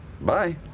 Bye